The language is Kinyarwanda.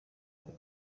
bwa